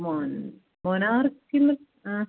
മൊനാർക്കിൽ ആ